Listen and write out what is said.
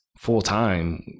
full-time